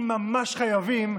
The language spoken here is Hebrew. אם ממש חייבים,